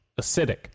acidic